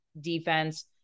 defense